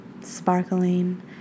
sparkling